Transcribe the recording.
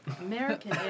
American